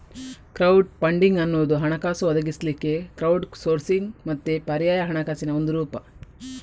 crowd funding ಅನ್ನುದು ಹಣಕಾಸು ಒದಗಿಸ್ಲಿಕ್ಕೆ ಕ್ರೌಡ್ ಸೋರ್ಸಿಂಗ್ ಮತ್ತೆ ಪರ್ಯಾಯ ಹಣಕಾಸಿನ ಒಂದು ರೂಪ